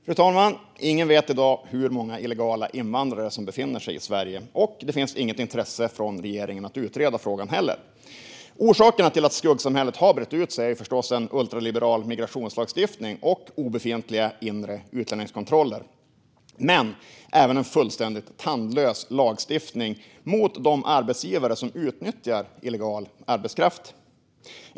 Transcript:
Fru talman! Ingen vet i dag hur många illegala invandrare som befinner sig i Sverige, och det finns heller inget intresse från regeringen av att utreda frågan. Orsakerna till att skuggsamhället har brett ut sig är förstås en ultraliberal migrationslagstiftning och obefintliga inre utlänningskontroller men även en fullständigt tandlös lagstiftning mot de arbetsgivare som utnyttjar illegal arbetskraft.